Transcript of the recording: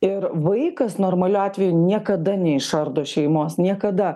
ir vaikas normaliu atveju niekada neišardo šeimos niekada